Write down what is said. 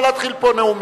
לא להתחיל פה נאומים.